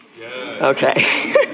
Okay